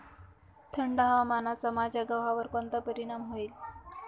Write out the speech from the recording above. थंड हवामानाचा माझ्या गव्हावर कोणता परिणाम होईल?